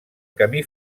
camí